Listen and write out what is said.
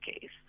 case